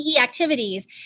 activities